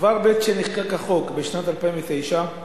כבר בעת שנחקק החוק, בשנת 2009,